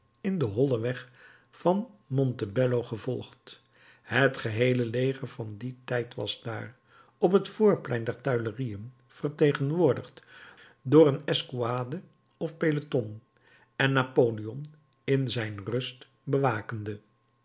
in den hollen weg van montebello gevolgd het geheele leger van dien tijd was dààr op t voorplein der tuilerieën vertegenwoordigd door een escouade of peloton en napoleon in zijn rust bewakende